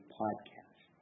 podcast